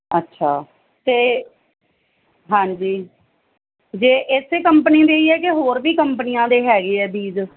ਅੱਛਾ ਅਤੇ ਹਾਂਜੀ ਜੇ ਇਸੇ ਕੰਪਨੀ ਦੇ ਹੀ ਹੈ ਕਿ ਹੋਰ ਵੀ ਕੰਪਨੀਆਂ ਦੇ ਹੈਗੇ ਆ ਬੀਜ਼